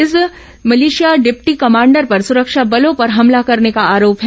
इस militia deputy commander पर सुरक्षा बलों पर हमला करने का आरोप है